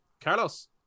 carlos